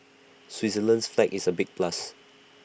Switzerland's flag is A big plus